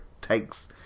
takes